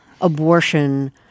abortion